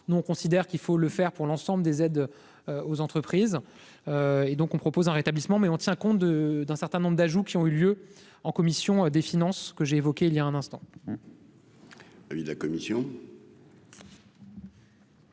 nous, on considère qu'il faut le faire pour l'ensemble des aides aux entreprises et donc on propose un rétablissement mais on tient compte de d'un certain nombre d'ajouts qui ont eu lieu en commission des finances que j'ai évoqué il y a un instant.